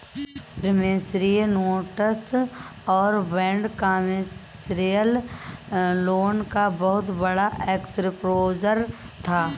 promissory notes और bad commercial loan का बहुत बड़ा एक्सपोजर था